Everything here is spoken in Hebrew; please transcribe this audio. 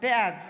בעד